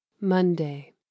Monday